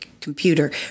computer